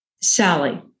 Sally